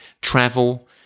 travel